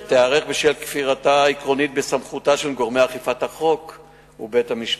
והתארך בשל כפירתה העקרונית בסמכותם של גורמי אכיפת החוק ובית-המשפט.